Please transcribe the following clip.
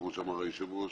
כפי שאמר היושב-ראש.